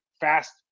fast